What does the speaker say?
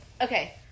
okay